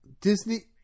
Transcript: Disney